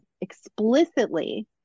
explicitly